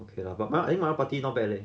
okay lah but my eh party not bad leh